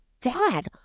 Dad